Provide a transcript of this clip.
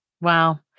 Wow